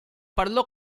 parlò